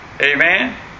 Amen